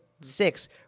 six